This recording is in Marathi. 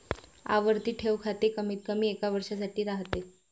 आवर्ती ठेव खाते कमीतकमी एका वर्षासाठी राहते